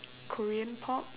korean pop